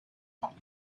hot